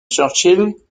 churchill